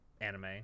anime